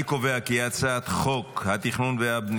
אני קובע כי הצעת חוק התכנון והבנייה